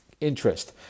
interest